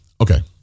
okay